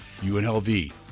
UNLV